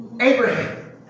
Abraham